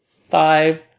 five